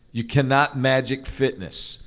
you cannot magic fitness.